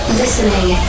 listening